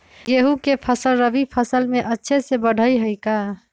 गेंहू के फ़सल रबी मौसम में अच्छे से बढ़ हई का?